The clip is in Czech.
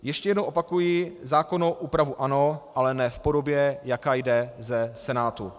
Ještě jednou opakuji zákonnou úpravu ano, ale ne v podobě, jaká jde ze Senátu.